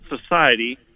society